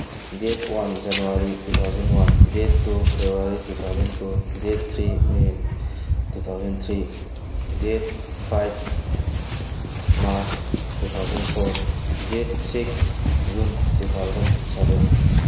date one January two thousand one date two February two thousand two date three may two thousand three date five March two thousand four date six June two thousand seven